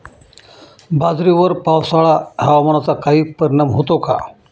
बाजरीवर पावसाळा हवामानाचा काही परिणाम होतो का?